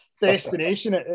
destination